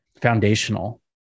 foundational